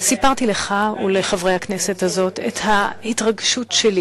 סיפרתי לך ולחברי הכנסת הזאת על ההתרגשות שלי,